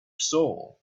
soul